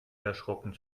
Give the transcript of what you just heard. erschrocken